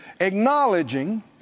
acknowledging